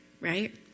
Right